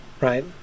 right